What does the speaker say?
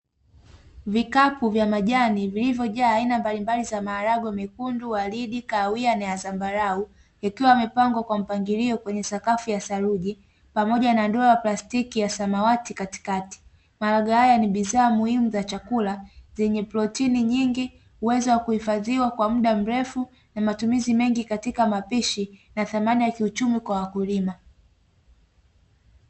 Vikapu vya majani vilivyojaa aina mbalimbali za maharage mekundu, waridi, kahawia na zambarau vikiwa vimepangwa kwa mpangilio kwenye sakafu ya saruji pamoja na ndoo ya plastiki ya samawati katikati. Maharage haya ni bidhaa muhimu za chakula zenye protini nyingi, huweza kuhifadhiwa kwa muda mrefu na matumizi mengi katika mapishi na thamani ya kiuchumi kwa wakulima.